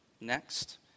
next